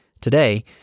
Today